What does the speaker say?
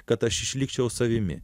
kad aš išlikčiau savimi